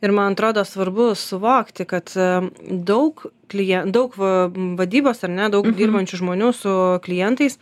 ir man atrodo svarbu suvokti kad daug klija daug vadybos ar ne daug dirbančių žmonių su klientais